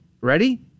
Ready